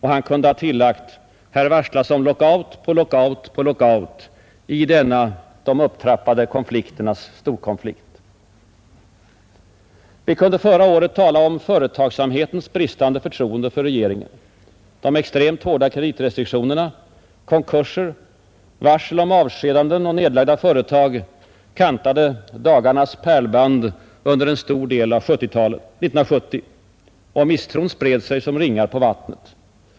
Han kunde ha tillagt: ”Här varslas om lockout på lockout på lockout, i denna de upptrappade konflikternas storkonflikt.” Vi kunde förra året tala om företagsamhetens bristande förtroende för regeringen. De extremt hårda kreditrestriktionerna, konkurser, varsel om avskedanden och nedlagda företag kantade dagarnas pärlband under en stor del av 1970. Misstron spred sig som ringar på vattnet.